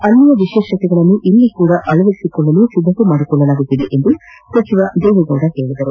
ಅಲ್ಲಿನ ವಿಶೇಷತೆಗಳನ್ನು ಇಲ್ಲಿಯೂ ಕೂಡ ಅಳವಡಿಸಿಕೊಳ್ಳಲು ಸಿದ್ಧತೆ ಮಾಡಿಕೊಳ್ಳಲಾಗುತ್ತಿದೆ ಎಂದು ಸಚಿವ ಜಿ ಟಿ ದೇವೇಗೌಡ ಹೇಳಿದರು